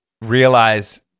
realize